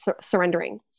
surrendering